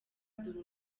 dore